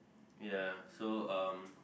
ya so um